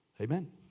Amen